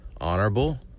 honorable